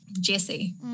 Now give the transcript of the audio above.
Jesse